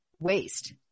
waste